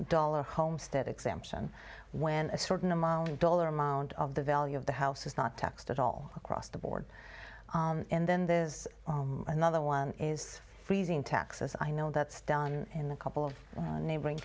dollar homestead exemption when a certain amount of dollar amount of the value of the house is not taxed at all across the board and then there's another one is freezing taxes i know that's done in the couple of neighboring